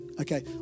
Okay